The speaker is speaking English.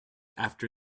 after